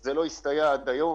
וזה לא הסתייע עד היום.